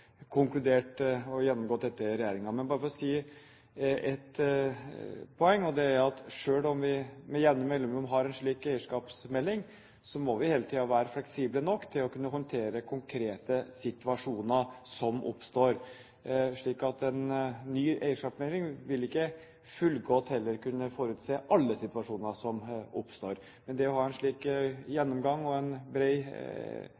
konkludert og gjennomgått dette i regjeringen. Men bare for å nevne et poeng: Selv om vi med jevne mellomrom har en slik eierskapsmelding, må vi hele tiden være fleksible nok til å kunne håndtere konkrete situasjoner som oppstår. En ny eierskapsmelding vil ikke fullgodt heller kunne forutse alle situasjoner som oppstår. Men det å ha en slik